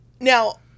Now